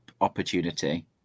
opportunity